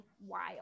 wild